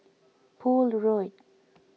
Poole Road